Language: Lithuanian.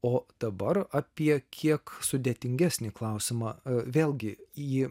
o dabar apie kiek sudėtingesnį klausimą vėlgi į